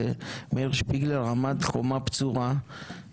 ומאיר שפיגלר עמד חומה בצורה,